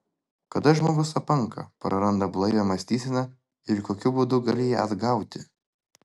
kada žmogus apanka praranda blaivią mąstyseną ir kokiu būdu gali ją atgauti